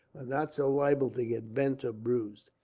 not so liable to get bent or bruised,